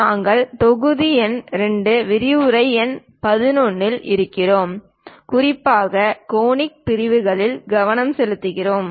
நாங்கள் தொகுதி எண் 2 விரிவுரை எண் 11 இல் இருக்கிறோம் குறிப்பாக கோனிக் பிரிவுகளில் கவனம் செலுத்துகிறோம்